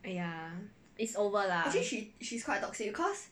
!aiya! it's over lah